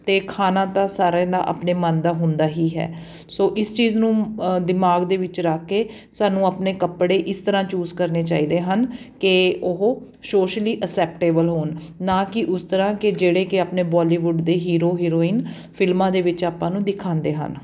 ਅਤੇ ਖਾਣਾ ਤਾਂ ਸਾਰਿਆਂ ਦਾ ਆਪਣੇ ਮਨ ਦਾ ਹੁੰਦਾ ਹੀ ਹੈ ਸੋ ਇਸ ਚੀਜ਼ ਨੂੰ ਦਿਮਾਗ ਦੇ ਵਿੱਚ ਰੱਖ ਕੇ ਸਾਨੂੰ ਆਪਣੇ ਕੱਪੜੇ ਇਸ ਤਰ੍ਹਾਂ ਚੂਜ਼ ਕਰਨੇ ਚਾਹੀਦੇ ਹਨ ਕਿ ਉਹ ਸੋਸ਼ਲੀ ਅਸੈਪਟੇਬਲ ਹੋਣ ਨਾ ਕਿ ਉਸ ਤਰ੍ਹਾਂ ਕਿ ਜਿਹੜੇ ਕਿ ਆਪਣੇ ਬੋਲੀਵੁੱਡ ਦੇ ਹੀਰੋ ਹੀਰੋਇਨ ਫਿਲਮਾਂ ਦੇ ਵਿੱਚ ਆਪਾਂ ਨੂੰ ਦਿਖਾਉਂਦੇ ਹਨ